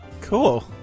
Cool